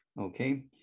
Okay